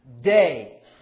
Day